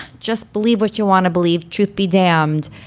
just believe what you want to believe. truth be damned.